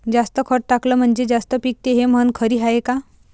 जास्त खत टाकलं म्हनजे जास्त पिकते हे म्हन खरी हाये का?